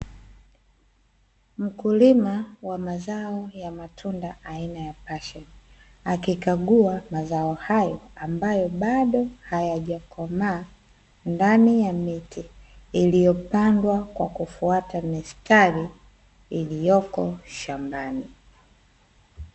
Mkulima wa mazao ya matunda aina ya pasheni, akikagua mazao hayo ambayo bado hayajakomaa ndani ya miti iliyopandwa kwa kufuata mistari iliyoko shambani .